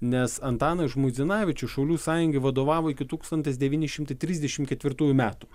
nes antanas žmuidzinavičius šaulių sąjungai vadovavo iki tūkstantis devyni šimtai trisdešim ketvirtųjų metų